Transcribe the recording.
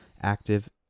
active